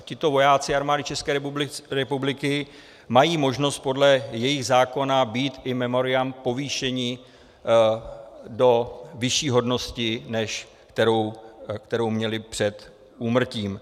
Tito vojáci Armády České republiky mají možnost podle jejich zákona být in memoriam povýšeni do vyšší hodnosti, než kterou měli před úmrtím.